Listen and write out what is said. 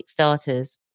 Kickstarters